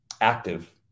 active